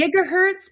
gigahertz